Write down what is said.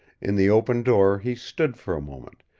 in the open door he stood for a moment,